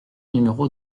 numéro